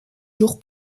jours